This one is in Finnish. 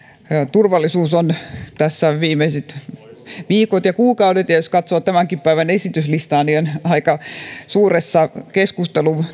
turvallisuus on tässä viimeiset viikot ja kuukaudet jos katsoo tämänkin päivän esityslistaa ollut aika suuressa keskustelun